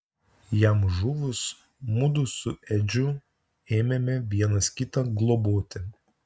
jam žuvus mudu su edžiu ėmėme vienas kitą globoti